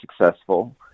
successful